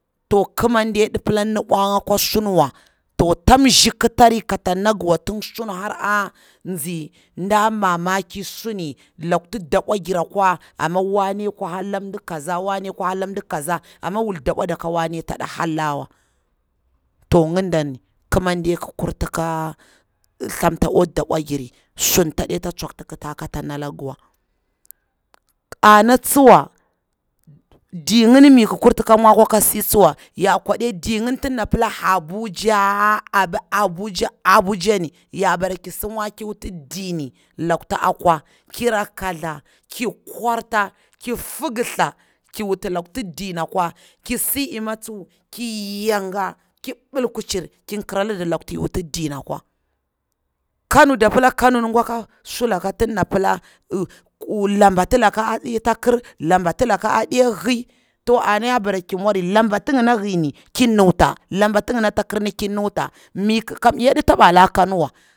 To ƙamanɗe aɗi pala nu bwa nga ade kwa sun wa, to tan nzi ƙatari ka ta na gawa, har da nze nda mamaki, sunilakutu dabwa giri kwa, wane akwa hala nda kazi amma wul dabwa da ka wane tadi hara la ga wa, to ndani ƙamande ƙakurtaka thata akwa dabwa jiri. Sun tadi ta tsukta na la gawa, ana tsuwa di inni mi kurta ka mwa kwa ka si tsuwa ya kwaɗi di inhabuja, abar abuja, ya bara ki mur ki wuta luktu akwa kira katha ki wutu dini luktu akwa, kira kur ta ki fisatha ki wutu luktu dini kwa ima tsuwa ki yanga ki ɓalkuchar, ki ƙara lada lukatau ti wutu dini kwa. Kano da pala kano ni gwa sulaka kwa, lumbatu laka ade ta kar, lumbatu laka ade hyi, to ana ya bara ki mwari, ta lambatu ana yakwa bara ki nuta lambatu na kir ki nuta, mi ƙaka, ini yaɗi taba la kano na wa.